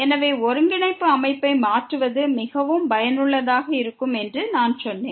எனவே ஒருங்கிணைப்பு அமைப்பை மாற்றுவது மிகவும் பயனுள்ளதாக இருக்கும் என்று நான் சொன்னேன்